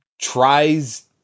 tries